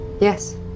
Yes